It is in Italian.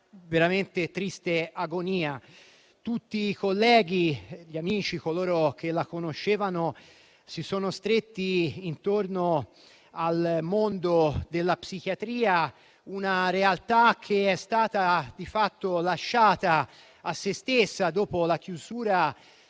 dopo una triste agonia. Tutti i colleghi, gli amici e coloro che la conoscevano si sono stretti intorno al mondo della psichiatria, una realtà che è stata, di fatto, lasciata a se stessa dopo la chiusura degli